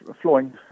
flowing